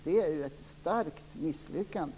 Det är ett starkt misslyckande!